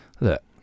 look